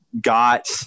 got